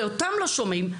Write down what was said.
אם אותם לא שומעים,